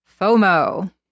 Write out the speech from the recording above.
FOMO